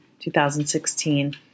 2016